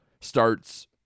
starts